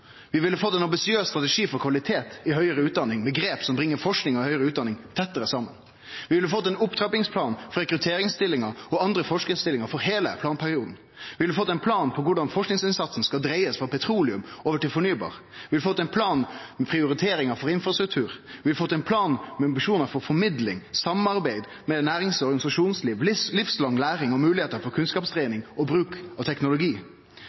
Vi ville fått ein ambisiøs strategi for kvalitet i høgre utdanning, med grep som bringar forsking og høgre utdanning tettare saman. Vi ville fått ein opptrappingsplan for rekrutteringsstillingar og andre forskarstillingar for heile planperioden. Vi ville fått ein plan for korleis forskingsinnsatsen skal dreiast frå petroleum over til fornybar. Vi ville fått ein plan med prioriteringar for infrastruktur. Vi ville fått ein plan med ambisjonar for formidling, samarbeid med nærings- og organisasjonsliv, livslang læring og moglegheiter for kunnskapsspreiing med bruk av teknologi.